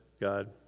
God